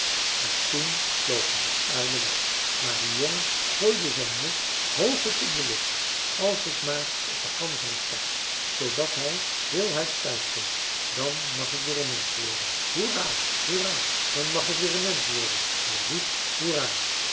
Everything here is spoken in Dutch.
en toen vlogen de uilen weg maar de jongen gooide zijn muts hoog op in de lucht als ik maar op den ganzerik pas zoodat hij heelhuids thuiskomt dan mag ik weer een mensch worden hoera hoera dan mag ik weer een mensch worden hij riep hoera